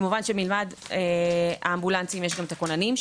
כמובן שמלבד האמבולנסים יש גם את הכוננים,